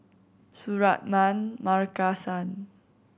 Suratman Markasan